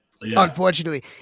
unfortunately